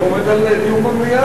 דיון במליאה.